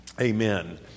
Amen